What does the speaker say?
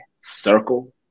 circle